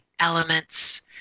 elements